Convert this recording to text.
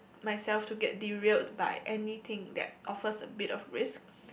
myself to get derailed by anything that offers a bit of risk